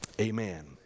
Amen